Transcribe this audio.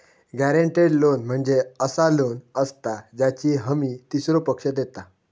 guaranteed loan म्हणजे असा loan असता ज्याची हमी तीसरो पक्ष देता